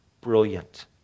brilliant